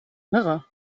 myrrhe